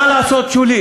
שולי,